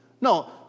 No